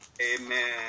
Amen